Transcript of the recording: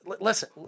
Listen